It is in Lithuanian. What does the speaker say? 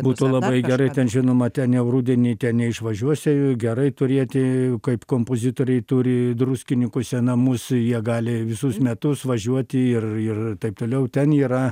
būtų labai gerai žinoma ten jau rudenį neišvažiuosi gerai turėti kaip kompozitoriai turi druskinikuse namus jie gali visus metus važiuoti ir ir taip toliau ten yra